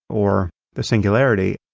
or the singularity.